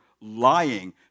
lying